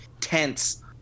tense